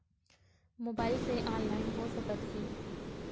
Mobile से online हो सकत हे?